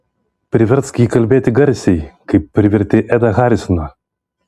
priversk jį kalbėti garsiai kaip privertei edą harisoną